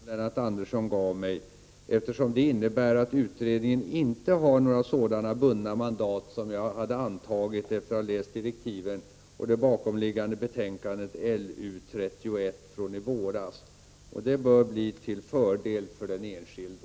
Herr talman! Jag skall fatta mig kort. Jag är tillfredsställd med det svar som Lennart Andersson gav mig, eftersom det innebär att utredningen inte har några sådana bundna mandat som jag hade antagit efter att ha läst direktiven och det bakomliggande betänkandet LU31 från i våras. Det bör bli till fördel för den enskilde.